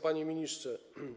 Panie Ministrze!